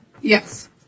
Yes